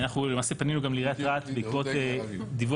אנחנו למעשה פנינו גם לעיריית רהט בעקבות דיווח.